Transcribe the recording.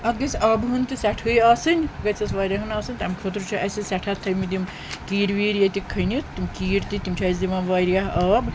اتھ گژھہِ آبہٕ ہان تہِ سٮ۪ٹھہٕے آسٕنۍ گژھیٚس واریاہَن آسٕنۍ تَمہِ خٲطرٕ چھِ اسہِ سٮ۪ٹھاہ تھٲیمِتۍ یِم کیٖرۍ ویٖرۍ ییٚتہِ کھٔنِتھ تِم کیٖرۍ تہِ تِم چھِ اسہِ دِوان واریاہ آب